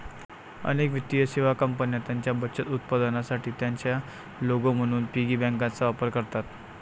अनेक वित्तीय सेवा कंपन्या त्यांच्या बचत उत्पादनांसाठी त्यांचा लोगो म्हणून पिगी बँकांचा वापर करतात